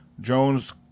Jones